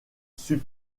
sub